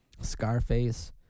Scarface